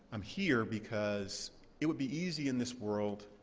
i'm here because it would be easy in this world,